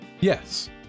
Yes